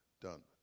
Done